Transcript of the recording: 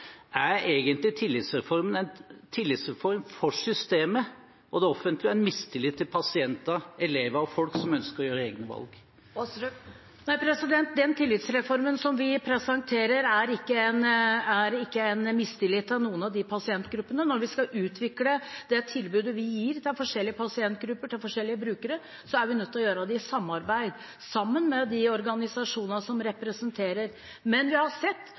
det offentlige, og en mistillit til pasienter, elever og folk som ønsker å ta egne valg? Nei, den tillitsreformen som vi presenterer, er ikke en mistillit til noen av de pasientgruppene. Når vi skal utvikle det tilbudet vi gir til forskjellige pasientgrupper, til forskjellige brukere, er vi nødt til å gjøre det i samarbeid med de organisasjonene som representerer dem. Men vi har sett